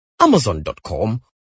amazon.com